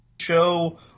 show